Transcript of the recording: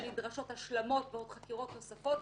נדרשות השלמות וחקירות נוספות,